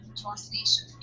translation